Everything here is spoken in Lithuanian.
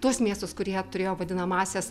tuos miestus kurie turėjo vadinamąsias